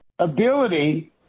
ability